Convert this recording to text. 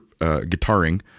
guitaring